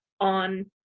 on